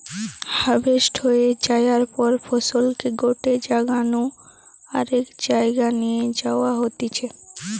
harvest হয়ে যায়ার পর ফসলকে গটে জাগা নু আরেক জায়গায় নিয়ে যাওয়া হতিছে